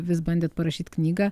vis bandėt parašyt knygą